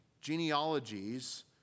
genealogies